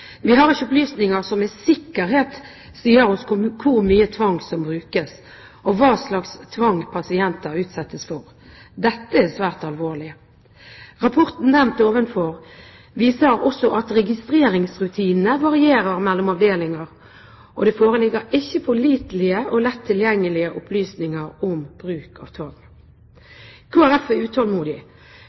Vi har ikke opplysninger som med sikkerhet sier oss hvor mye tvang som brukes, og hva slags tvang pasienter utsettes for. Dette er svært alvorlig. Rapporten nevnt ovenfor viser også at registreringsrutinene varierer mellom avdelinger, og det foreligger ikke pålitelige og lett tilgjengelige opplysninger om bruk av tvang. Kristelig Folkeparti er utålmodig,